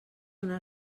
una